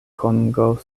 kongo